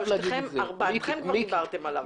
ארבעתכם כבר דיברתם עליו.